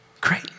Great